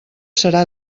serà